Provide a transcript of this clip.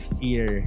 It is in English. fear